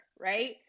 right